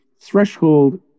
threshold